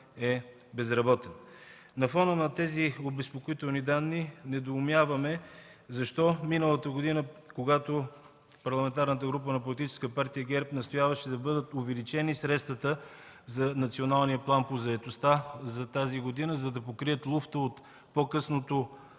е безработен. На фона на тези обезпокоителни данни недоумяваме защо миналата година, когато Парламентарната група на Политическа партия ГЕРБ настояваше да бъдат увеличени средствата за Националния план по заетостта за тази година, за да покрият луфта от по-късното